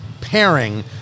pairing